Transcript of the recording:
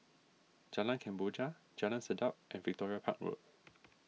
Jalan Kemboja Jalan Sedap and Victoria Park Road